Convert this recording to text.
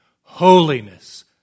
Holiness